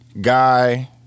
Guy